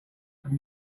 from